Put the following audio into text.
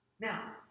Now